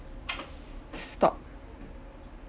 stop